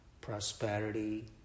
prosperity